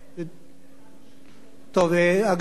אגב,